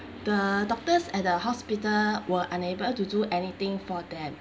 the doctors at the hospital were unable to do anything for them